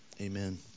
Amen